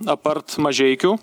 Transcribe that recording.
apart mažeikių